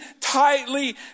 tightly